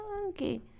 okay